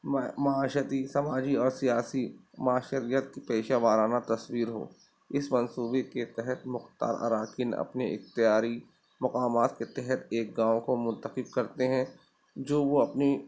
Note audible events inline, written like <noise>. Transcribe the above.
معا معاشرتی سماجی اور سیاسی معاشرت <unintelligible> پیشہ وارانہ تصویر ہو اس منصوبے کے تحت مختار اراکین اپنے اختیاری مقامات کے تحت ایک گاؤں کو منتخب کرتے ہیں جو وہ اپنی